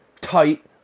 tight